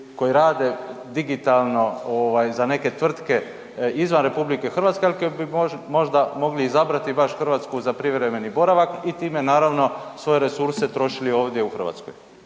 koji rade digitalno ovaj za neke tvrtke izvan RH, al koji bi možda mogli izabrati baš Hrvatsku za privremeni boravak i time naravno svoje resurse trošili ovdje u Hrvatskoj?